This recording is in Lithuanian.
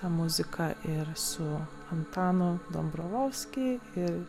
muziką ir su antanu dobrovolskij ir